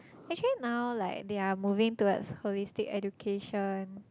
actually now like they're moving towards holistic education